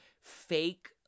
fake